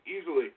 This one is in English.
easily